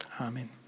Amen